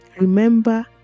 Remember